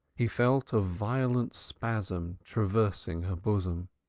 he felt a violent spasm traversing her bosom.